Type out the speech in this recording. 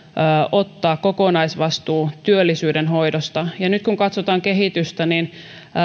ottaa kokonaisvastuu työllisyyden hoidosta ja nyt kun katsotaan kehitystä niin